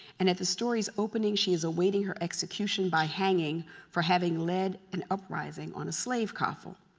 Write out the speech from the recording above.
and at the story's opening, she is awaiting her execution by hanging for having led an uprising on a slave coffle.